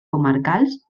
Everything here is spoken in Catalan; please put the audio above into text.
comarcals